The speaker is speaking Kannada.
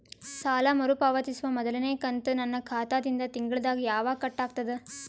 ಸಾಲಾ ಮರು ಪಾವತಿಸುವ ಮೊದಲನೇ ಕಂತ ನನ್ನ ಖಾತಾ ದಿಂದ ತಿಂಗಳದಾಗ ಯವಾಗ ಕಟ್ ಆಗತದ?